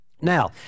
Now